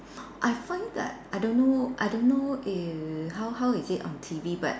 I find that I don't know I don't know if how how is it on T_V but